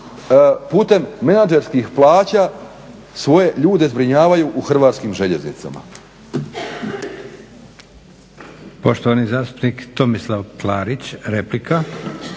putem menadžerskih plaća svoje ljude zbrinjavaju u Hrvatskim željeznicama.